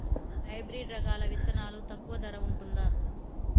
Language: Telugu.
హైబ్రిడ్ రకాల విత్తనాలు తక్కువ ధర ఉంటుందా?